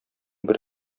бер